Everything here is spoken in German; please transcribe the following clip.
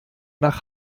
nach